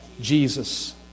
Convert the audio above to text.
Jesus